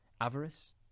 Avarice